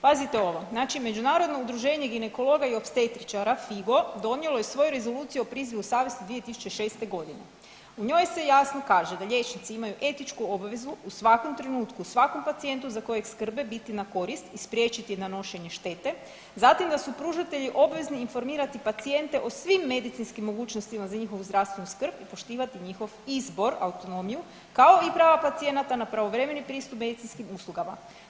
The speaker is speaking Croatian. Pazite ovo, znači Međunarodno udruženje ginekologa i opstetičara FIGO donijelo je svoju Rezoluciju o prizivu savjesti 2006.g., u njoj se jasno kaže da liječnici imaju etičku obvezu u svakom trenutku u svakom pacijentu za kojeg skrbe biti na korist i spriječiti nanošenje štete, zatim da su pružatelji obvezni informirati pacijente o svim medicinskim mogućnostima za njihovu zdravstvenu skrb i poštivati njihov izbor, autonomiju, kao i prava pacijenata na pravovremeni pristup medicinskim uslugama.